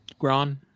Gron